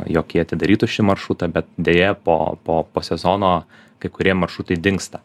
jog ji atidarytų šį maršrutą bet deja po po po sezono kai kurie maršrutai dingsta